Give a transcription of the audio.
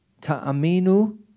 Ta'aminu